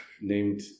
named